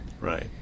Right